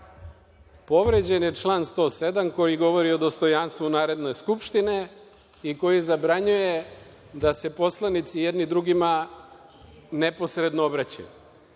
je član 107. koji govori o dostojanstvu Narodne skupštine i koji zabranjuje da se poslanici jedni drugima neposredno obraćaju.